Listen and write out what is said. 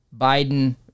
Biden